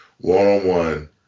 one-on-one